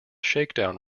shakedown